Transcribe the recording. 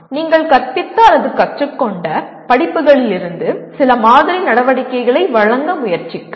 நீங்கள் கற்பித்த அல்லது கற்றுக்கொண்ட படிப்புகளிலிருந்து சில மாதிரி நடவடிக்கைகளை வழங்க முயற்சிக்கவும்